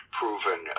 proven